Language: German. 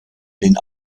den